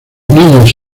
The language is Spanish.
niños